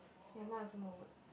ya mine also no words